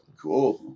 Cool